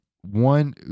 One